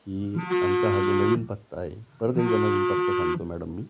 की आमचा हा जो नवीन पत्ता आहे परत एकदा नवीन पत्ता सांगतो मॅडम मी